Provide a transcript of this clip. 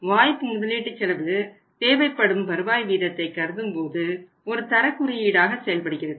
வாய்ப்பு முதலீட்டுச் செலவு தேவைப்படும் வருவாய் வீதத்தை கருதும்போது ஒரு தரக்குறியீடாக செயல்டுகிறது